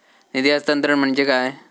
निधी हस्तांतरण म्हणजे काय?